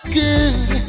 Good